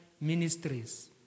ministries